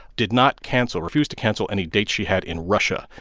did not cancel refused to cancel any date she had in russia.